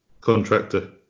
contractor